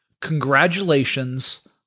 congratulations